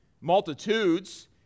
multitudes